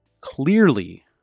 Clearly